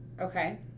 Okay